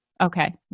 Okay